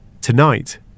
Tonight